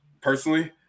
personally